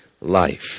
life